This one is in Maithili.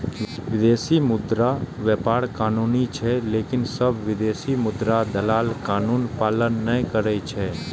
विदेशी मुद्रा व्यापार कानूनी छै, लेकिन सब विदेशी मुद्रा दलाल कानूनक पालन नै करै छै